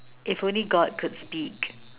if only god could speak